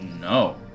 No